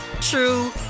true